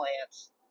plants